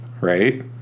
right